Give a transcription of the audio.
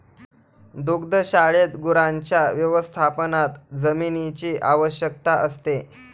दुग्धशाळेत गुरांच्या व्यवस्थापनात जमिनीची आवश्यकता असते